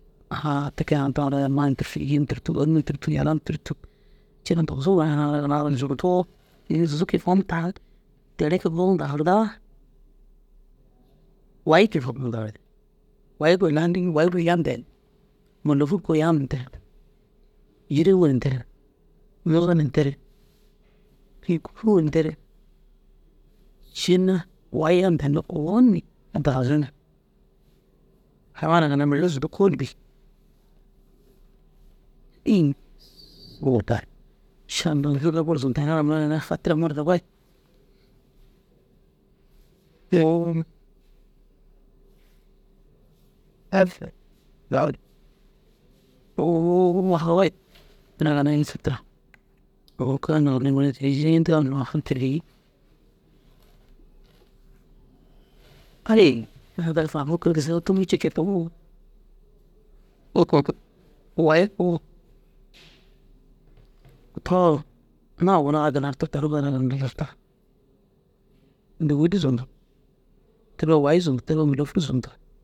te kee ã tira mani tûrtu cini tûrtu ônum ni tûrtu yala ni tûrtu ciin dugusu tere subu unnu dagirdaa wayi gii fokdindo dagirdi wayi kôoli wayi gor yaam ndenni mûlofur koo yam nderig. Yiriŋoo nderig nuzoo na nderig ciina wayi yam nden owoni danare ni hayiwana ginna mire ru zundu kôoli bêi ina mura bur fatira marawahid ini ara ginna isig tira ai ini famun kôoli gisin tomur cii ciiru wayi dûguli zundu ciiru wayi zundu ciiru mûlofur zundu